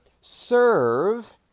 serve